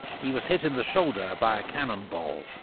he was hit in the shoulder by a cannonball.